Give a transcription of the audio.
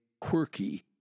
quirky